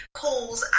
calls